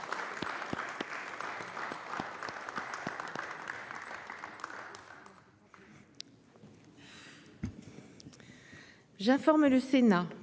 J'informe le Sénat